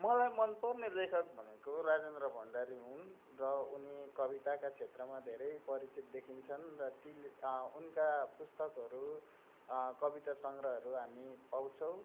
मलाई मनपर्ने लेखक भनेको राजेन्द्र भण्डारी हुन् र उनी कविताका क्षेत्रमा धेरै परिचित देखिन्छन् र ती उनका पुस्तकहरू कविता सङ्ग्रहहरू हामी पाउँछौँ